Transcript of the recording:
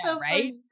right